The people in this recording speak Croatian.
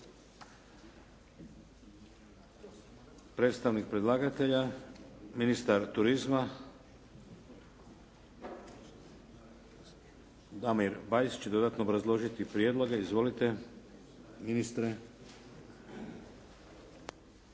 Predstavnik predlagatelja, ministar turizma Damir Bajs će dodatno obrazložiti prijedloge. Izvolite ministre.